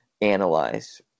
analyze